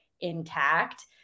intact